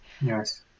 Yes